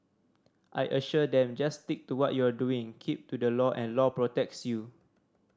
I assured them just stick to what you are doing keep to the law and law protects you